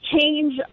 Change